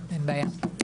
אין בעיה.